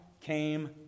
came